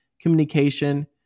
communication